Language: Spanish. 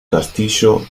castillo